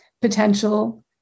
potential